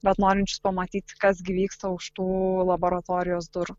bet norinčius pamatyti kas gi vyksta už tų laboratorijos durų